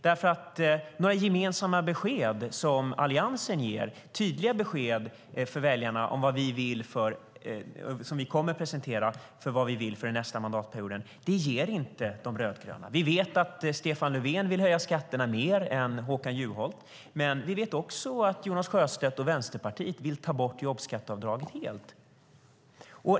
De rödgröna ger nämligen inte några gemensamma besked om vad de vill inför nästa mandatperiod. Vi i Alliansen ger tydliga besked till väljarna, som vi kommer att presentera, om vad vi vill inför nästa mandatperiod. Vi vet att Stefan Löfven vill höja skatterna mer än Håkan Juholt. Men vi vet också att Jonas Sjöstedt och Vänsterpartiet vill ta bort jobbskatteavdraget helt.